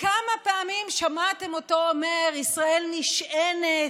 כמה פעמים שמעתם אותו אומר: ישראל נשענת